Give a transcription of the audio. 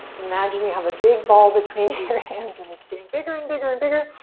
imagine you have a big ball between your hands and it's getting bigger and bigger and bigger.